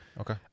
Okay